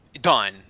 done